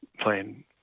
playing